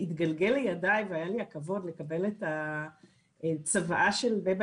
תגלגלה לידיי והיה לי הכבוד לקבל את הצוואה של בבה